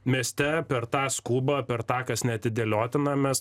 mieste per tą skubą per tą kas neatidėliotina mes